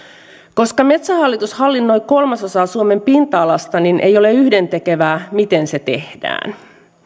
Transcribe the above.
koska metsähallitus hallinnoi kolmasosaa suomen pinta alasta ei ole yhdentekevää miten se tehdään